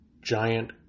giant